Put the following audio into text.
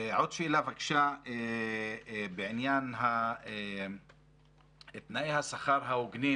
עוד שאלה בבקשה בעניין תנאי השכר ההוגנים